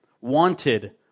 wanted